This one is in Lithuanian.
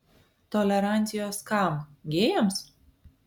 tolerancijos kam gėjams